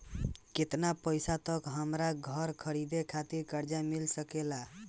केतना पईसा तक हमरा घर खरीदे खातिर कर्जा मिल सकत बा?